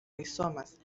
rizomas